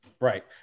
right